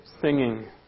singing